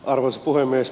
arvoisa puhemies